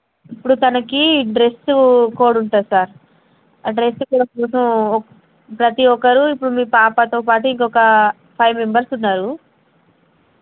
ఇప్పుడు తనకి dress code ఉంటుంది సార్ ఆ డ్రెస్ కోడ్ కోసం ప్రతి ఒక్కరూ ఇప్పుడు మీ పాపతో పాటు ఇంకొక ఫైవ్ మెంబర్స్ ఉన్నారు